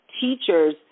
teachers